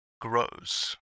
grows